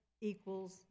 equals